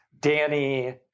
Danny